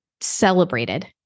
celebrated